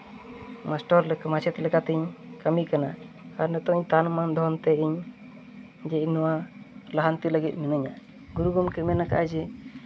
master ᱞᱮᱠᱟ ᱢᱟᱪᱮᱫ ᱞᱮᱠᱟ ᱛᱤᱧ ᱠᱟᱹᱢᱤ ᱠᱟᱱᱟ ᱟᱨ ᱱᱤᱛᱚᱝ ᱠᱟᱨᱰ ᱢᱟᱫᱽᱫᱷᱚᱢ ᱛᱮ ᱤᱧ ᱡᱮ ᱤᱧ ᱱᱚᱣᱟ ᱞᱟᱦᱟᱱᱛᱤ ᱞᱟᱹᱜᱤᱫ ᱢᱤᱱᱟᱹᱧᱟ ᱜᱩᱨᱩ ᱜᱚᱢᱠᱮ ᱢᱮᱱ ᱠᱟᱜᱼᱟᱭ ᱡᱮ